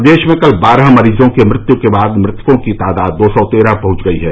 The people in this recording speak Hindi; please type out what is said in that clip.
प्रदेश में कल बारह मरीजों की मृत्यु के बाद मृतकों की तादाद दो सौ तेरह पहुंच गई है